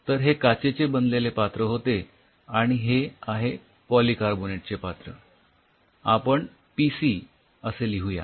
तर हे काचेचे बनलेले पात्र होते आणि हे आहे पॉलीकार्बोनेटचे पात्र याला आपण पीसी असे लिहूया